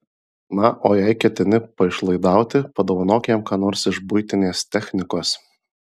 na o jei ketini paišlaidauti padovanok jam ką nors iš buitinės technikos